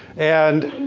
and